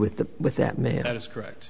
with the with that minute is correct